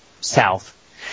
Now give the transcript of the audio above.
south